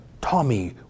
tommy